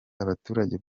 abaturage